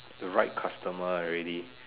the right customer already